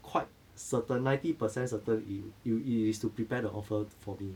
quite certain ninety percent certain it it is to prepare the offer for me